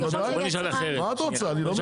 בוא נשאל אחרת,